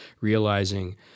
realizing